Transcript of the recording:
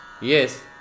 Yes